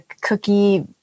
cookie